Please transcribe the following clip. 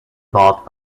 bought